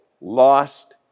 lost